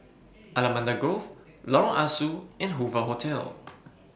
Allamanda Grove Lorong Ah Soo and Hoover Hotel